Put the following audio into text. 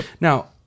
Now